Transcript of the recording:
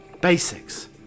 basics